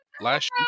Last